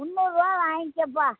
முந்நூறுரூவா வாங்கிக்கப்பா